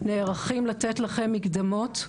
נערכים לתת לכם מקדמות,